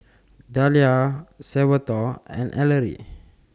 Dahlia Salvatore and Ellery